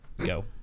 Go